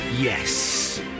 Yes